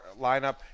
lineup